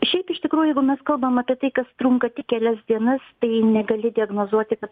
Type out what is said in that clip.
šiaip iš tikrųjų jeigu mes kalbam apie tai kas trunka tik kelias dienas tai negali diagnozuoti kad